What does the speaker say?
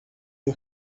you